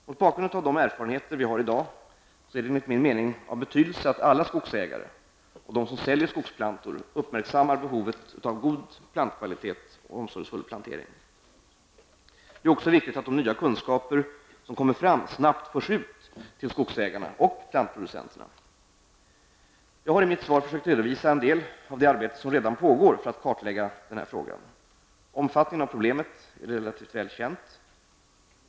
Mot bakgrund av de erfarenheter vi har i dag är det enligt min mening av betydelse att alla skogsägare och de som säljer skogsplantor uppmärksammar behovet av god plantkvalitet och omsorgsfull plantering. Det är också viktigt att de nya kunskaper som kommer fram snabbt förs ut till skogsägarna och plantproducenterna. Jag har i mitt svar försökt redovisa en del av det arbete som redan pågår för att klarlägga denna fråga. Omfattningen av problemet är relativt väl känd.